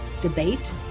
debate